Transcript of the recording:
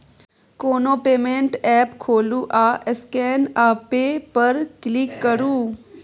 कोनो payment app खोलु आ स्कैन आ पे पर क्लिक करु